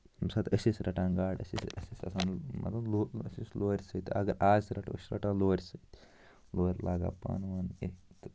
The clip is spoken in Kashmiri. ییٚمہِ ساتہٕ أسۍ ٲسۍ رَٹان گاڈٕ أسۍ ٲسۍ اَسہِ ٲسۍ آسان مطلب لو أسۍ ٲسۍ لورِ سۭتۍ اَگر آز تہِ رَٹو أسۍ چھِ رَٹان لورِ سۭتۍ لورِ لاگان پَن وَن کینٛہہ تہٕ